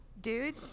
dude